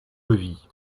levis